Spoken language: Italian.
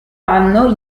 anno